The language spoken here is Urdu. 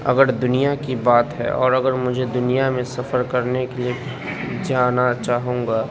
اگر دنیا کی بات ہے اور اگر مجھے دنیا میں سفر کرنے کے لیے جانا چاہوں گا